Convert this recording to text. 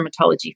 Dermatology